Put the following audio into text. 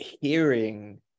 hearing